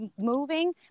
moving